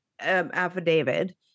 affidavit